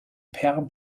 per